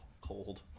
cold